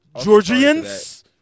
Georgians